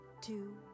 two